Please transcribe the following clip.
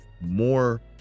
more